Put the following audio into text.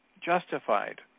justified